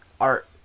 art